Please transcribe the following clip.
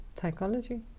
psychology